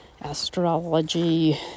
astrology